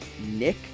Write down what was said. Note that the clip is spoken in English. Nick